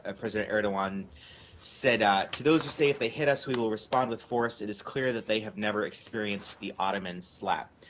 ah president erdogan said ah to those who say if they hit us we will respond with force, it is clear that they have never experienced the ottoman slap.